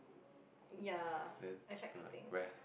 then the like very